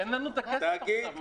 אין לנו את הכסף עכשיו.